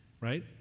right